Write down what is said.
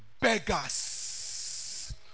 beggars